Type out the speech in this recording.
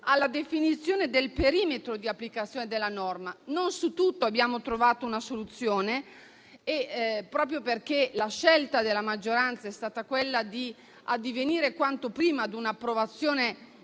alla definizione del perimetro di applicazione della norma. Non su tutto abbiamo trovato una soluzione, proprio perché la scelta della maggioranza è stata quella di addivenire quanto prima a un'approvazione